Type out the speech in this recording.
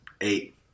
eight